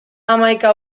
hamaika